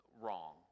wrong